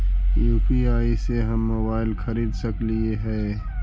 UPI से हम mobile खरिद सकलिऐ है